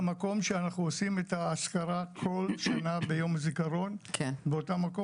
במקום שאנחנו עושים את הצפירה כל השנה ביום הזיכרון באותו מקום,